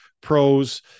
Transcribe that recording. pros